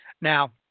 Now